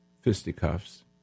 fisticuffs